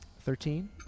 Thirteen